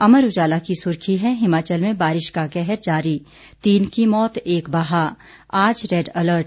अमर उजाला की सुर्खी है हिमाचल में बारिश का कहर जारी तीन की मौत एक बहा आज रेड अलर्ट